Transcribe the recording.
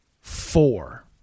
four